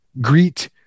greet